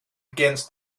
against